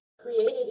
created